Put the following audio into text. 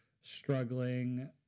struggling